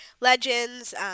Legends